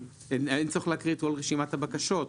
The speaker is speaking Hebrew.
אין צורך להקריא את כל רשימת הבקשות.